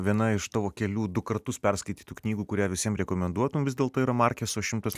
viena iš tavo kelių du kartus perskaitytų knygų kurią visiem rekomenduotum vis dėlto yra markeso šimtas me